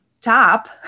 top